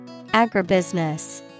Agribusiness